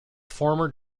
former